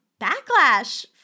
backlash